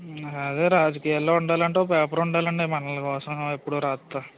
అదే రాజకీయాల్లో ఉండాలంటే ఒక పేపర్ ఉండాలండి మనల్ని కోసం ఎప్పుడూ రాస్తా